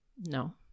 no